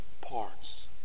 parts